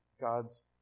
God's